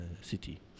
city